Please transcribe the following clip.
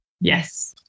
Yes